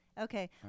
okay